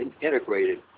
integrated